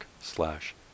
slash